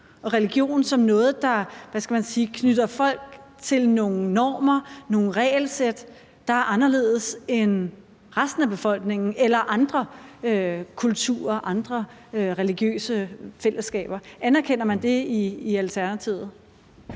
og religion som noget, der knytter folk til nogle normer, nogle regelsæt, der er anderledes end resten af befolkningens eller andre kulturer eller andre religiøse fællesskaber. Anerkender man det i Alternativet?